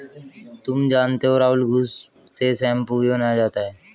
तुम जानते हो राहुल घुस से शैंपू भी बनाया जाता हैं